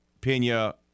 Pena